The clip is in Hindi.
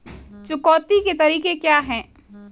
चुकौती के तरीके क्या हैं?